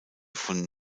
von